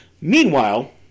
Meanwhile